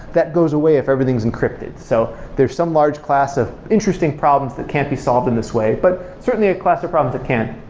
that goes away if everything's encrypted so there's some large class of interesting problems that can't be solved in this way, but certainly a class of problems that can't.